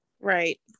right